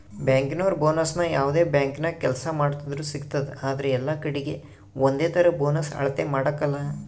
ಬ್ಯಾಂಕಿನೋರು ಬೋನಸ್ನ ಯಾವ್ದೇ ಬ್ಯಾಂಕಿನಾಗ ಕೆಲ್ಸ ಮಾಡ್ತಿದ್ರೂ ಸಿಗ್ತತೆ ಆದ್ರ ಎಲ್ಲಕಡೀಗೆ ಒಂದೇತರ ಬೋನಸ್ ಅಳತೆ ಮಾಡಕಲ